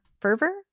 fervor